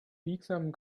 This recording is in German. biegsamen